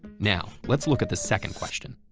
now, let's look at the second question.